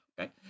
okay